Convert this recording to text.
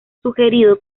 sugerido